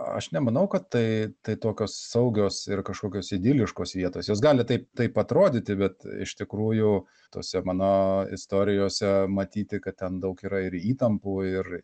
aš nemanau kad tai tai tokios saugios ir kažkokios idiliškos vietos jos gali taip taip atrodyti bet iš tikrųjų tose mano istorijose matyti kad ten daug yra ir įtampų ir